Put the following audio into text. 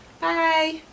bye